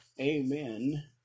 Amen